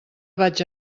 vaig